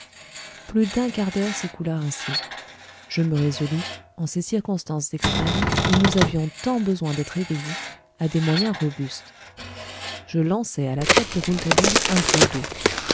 plus d'un quart d'heure s'écoula ainsi je me résolus en ces circonstances extrêmes où nous avions tant besoin d'être éveillés à des moyens robustes je lançai à la tête de rouletabille un broc